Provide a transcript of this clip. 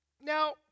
Now